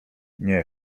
nie